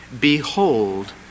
Behold